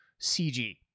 CG